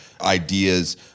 ideas